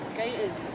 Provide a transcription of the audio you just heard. Skaters